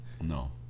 No